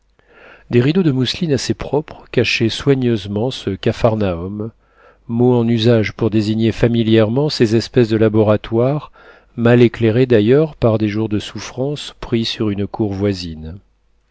des rideaux de mousseline assez propres cachaient soigneusement ce capharnaüm mot en usage pour désigner familièrement ces espèces de laboratoires mal éclairé d'ailleurs par des jours de souffrance pris sur une cour voisine